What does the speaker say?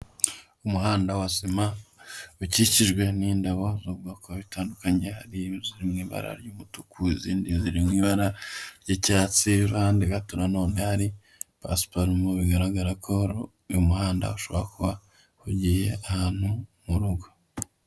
Umuhanda wa sima ukikijwe n'indabo z'ubwoko butandukanye, hari iz'ibara ry'umutuku, izindi ziri mu ibara ry'icyatsi, iruhande gato na none hari pasiparumu, bigaragara ko uyu muhanda ushobora kuba ugiye ahantu mu rugo.